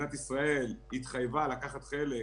מדינת ישראל התחייבה לקחת חלק,